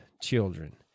children